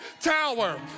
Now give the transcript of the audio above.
tower